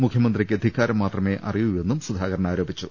മുഖ്യമന്ത്രിക്ക് ധിക്കാരം മാത്രമേ അറിയൂവെന്നും സുധാകരൻ ആരോപിച്ചു